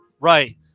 Right